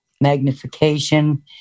magnification